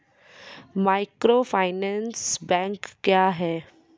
Microfinance bank क्या हैं?